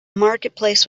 marketplace